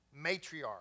matriarch